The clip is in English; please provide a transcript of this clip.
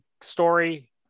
story